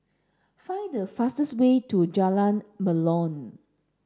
find the fastest way to Jalan Melor